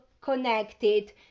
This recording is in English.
connected